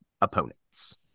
opponents